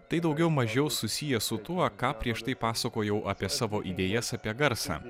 tai daugiau mažiau susiję su tuo ką prieš tai pasakojau apie savo idėjas apie garsą